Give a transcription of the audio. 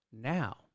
now